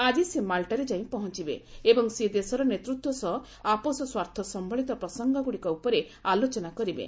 ଆଜି ସେ ମାଲ୍ଟାରେ ଯାଇ ପହଞ୍ଚବେ ଏବଂ ସେଦେଶର ନେତୃତ୍ୱ ସହ ଆପୋଷ ସ୍ୱାର୍ଥ ସମ୍ବଳିତ ପ୍ରସଙ୍ଗଗୁଡ଼ିକ ଉପରେ ଆଲୋଚନା କରିବେ